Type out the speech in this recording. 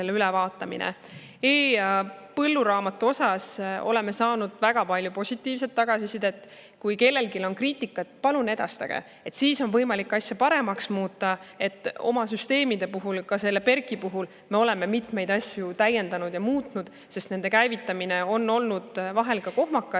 E‑põlluraamatu kohta oleme saanud väga palju positiivset tagasisidet. Kui kellelgi on kriitikat, palun edastage see, siis on võimalik asja paremaks muuta. Oma süsteemide puhul, ka PERK‑i puhul, me oleme mitmeid asju täiendanud ja muutnud, sest nende käivitamine on olnud vahel kohmakas,